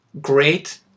great